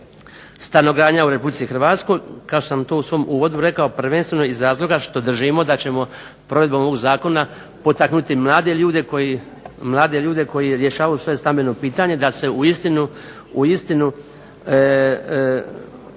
stanogradnja u Republici Hrvatskoj kao što sam to u svom uvodu rekao prvenstveno iz razloga što držimo da ćemo provedbom ovog zakona potaknuti mlade ljude koji rješavaju svoje stambeno pitanje da se uistinu